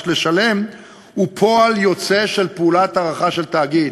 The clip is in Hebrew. לשלם הוא פועל יוצא של פעולת ההערכה של התאגיד